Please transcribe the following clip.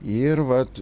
ir vat